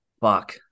Fuck